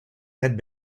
had